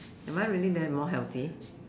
am I really that more healthy